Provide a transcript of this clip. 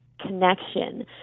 connection